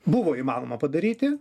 buvo įmanoma padaryti